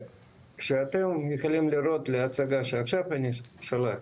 כשאתם יכולים לראות את המצגת שאני עכשיו שלחתי,